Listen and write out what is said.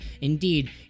indeed